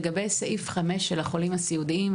לגבי סעיף 5 של החולים הסיעודיים,